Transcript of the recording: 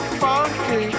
funky